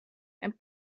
and